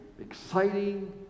exciting